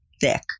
thick